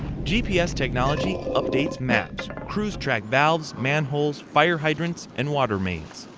gps technology updates maps. crews track valves, manholes, fire hydrants and water mains.